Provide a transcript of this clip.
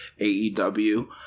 AEW